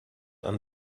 and